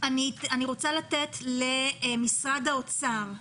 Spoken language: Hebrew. אני רוצה לתת למשרד האוצר.